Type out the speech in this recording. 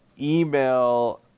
email